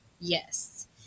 yes